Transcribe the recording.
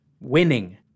winning